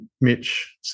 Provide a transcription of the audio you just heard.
Mitch